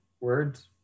words